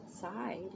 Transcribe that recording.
side